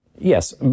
yes